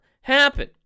happen